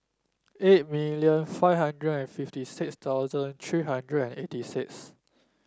eight million five hundred and fifty six thousand three hundred and eighty six